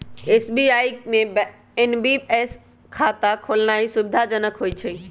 SBI bank में NPS खता खोलेनाइ सुविधाजनक होइ छइ